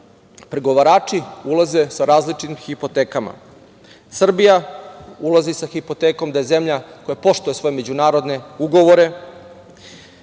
pregovarači ulaze sa različitim hipotekama. Srbija ulazi sa hipotekom da je zemlja koja poštuje svoje međunarodne ugovore,